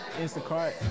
Instacart